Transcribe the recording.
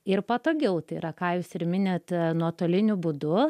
ir patogiau tai yra ką jūs ir minėti nuotoliniu būdu